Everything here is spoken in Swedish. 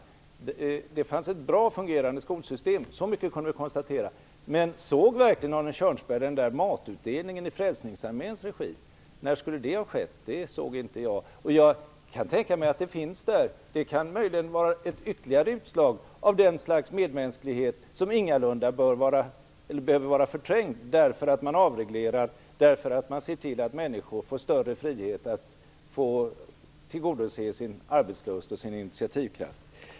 Att det fanns ett bra och fungerande skolsystem kunde vi konstatera, men såg Arne Kjörnsberg verkligen den där matutdelningen i Frälsningsarméns regi? När skulle det ha skett? Det såg inte jag. Men jag kan tänka mig att det förekommer; det kan möjligen vara ytterligare ett utslag av det slags medmänsklighet som ingalunda behöver vara förträngd bara för att man avreglerar och ser till att människor får större frihet att tillgodose sin arbetslust och sin initiativkraft.